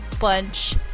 bunch